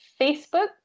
Facebook